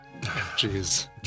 Jeez